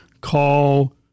call